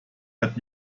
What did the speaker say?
hat